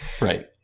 right